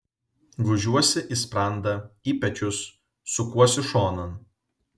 gūžiuosi į sprandą į pečius sukuosi šonan